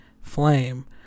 flame